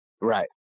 Right